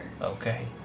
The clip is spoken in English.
Okay